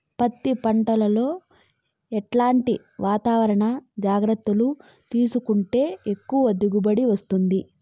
పత్తి పంట లో ఎట్లాంటి వాతావరణ జాగ్రత్తలు తీసుకుంటే ఎక్కువగా దిగుబడి వస్తుంది?